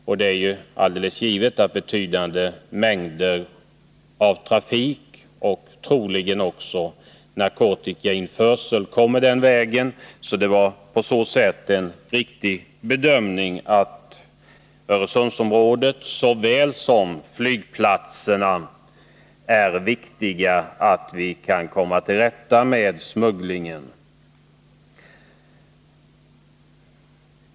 Och det är givet att en betydande del av narkotikainförseln sker den vägen. Därför var det alltså en riktig bedömning att det är viktigt att vi kan komma till rätta med smugglingen i Öresundsområdet, men detta gäller också på flygplatserna.